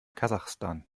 kasachstan